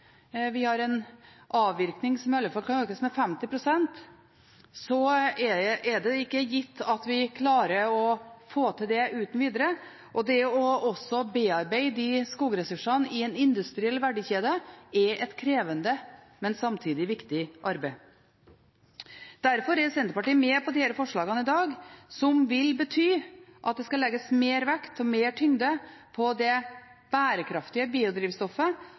vi har en avvirkning som i alle fall kan økes med 50 pst. – er det ikke gitt at vi klarer å få til det uten videre. Det å bearbeide de skogressursene i en industriell verdikjede er et krevende, men samtidig viktig arbeid. Derfor er Senterpartiet med på disse forslagene i dag, som vil bety at det skal legges mer vekt og tyngde på det bærekraftige biodrivstoffet,